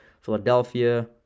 Philadelphia